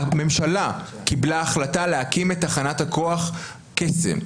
הממשלה קיבלה החלטה להקים את תחנת הכוח קסם.